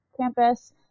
campus